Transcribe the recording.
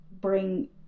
bring